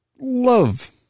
love